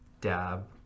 dab